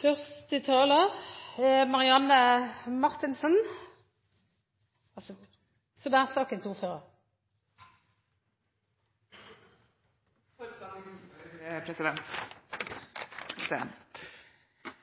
Første taler er Marianne Marthinsen – for sakens ordfører.